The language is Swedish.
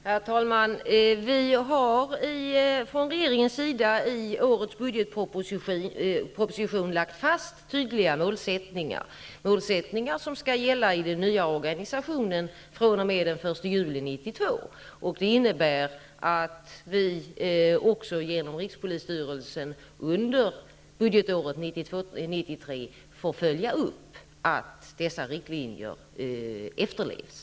Herr talman! Vi har från regeringens sida i årets budgetproposition lagt fast tydliga målsättningar. Det är målsättningar som skall gälla i den nya organisationen fr.o.m. den 1 juli 1992. Det innebär också att vi via rikspolisstyrelsen under budgetåret 1992/93 skall följa upp att dessa riktlinjer efterlevs.